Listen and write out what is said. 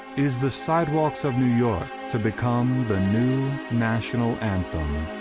is the sidewalks of new york to become the new national anthem?